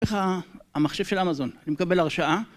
איך המחשב של אמזון? אני מקבל הרשאה.